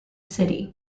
city